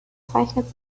zeichnet